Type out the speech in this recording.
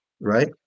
right